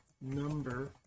number